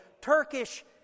Turkish